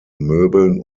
möbeln